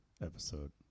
episode